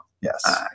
Yes